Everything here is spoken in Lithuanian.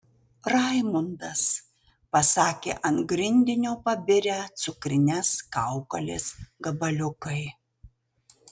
raimundas pasakė ant grindinio pabirę cukrines kaukolės gabaliukai